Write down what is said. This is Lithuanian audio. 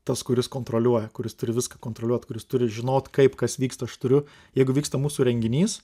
tas kuris kontroliuoja kuris turi viską kontroliuot kuris turi žinot kaip kas vyksta aš turiu jeigu vyksta mūsų renginys